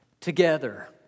together